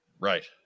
Right